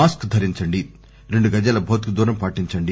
mask ధరించండి రెండు గజాల భౌతిక దూరం పాటించండి